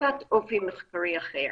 קצת אופי מחקרי אחר.